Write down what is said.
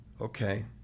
Okay